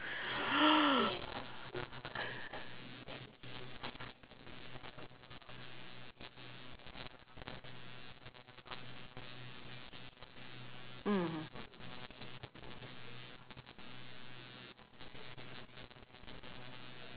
mmhmm